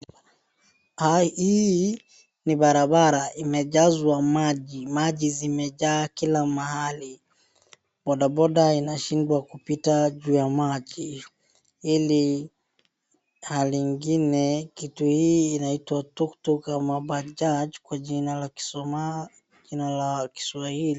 Hii ni barabara imejazwa maji. Maji zimejaa kila mahali, bodaboda inashindwa kupita juu ya maji, ile hali ingine kitu hii inaitwa Tuktuk ama Bajaj kwa jina la kiswahili.